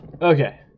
Okay